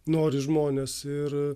nori žmonės ir